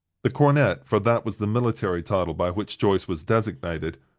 the cornet, for that was the military title by which joyce was designated,